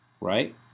Right